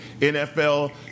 NFL